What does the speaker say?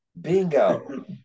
Bingo